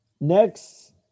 next